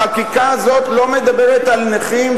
החקיקה הזאת לא מדברת על נכים,